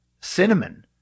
cinnamon